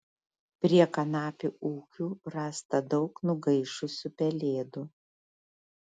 prie kanapių ūkių rasta daug nugaišusių pelėdų